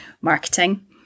marketing